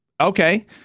Okay